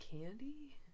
candy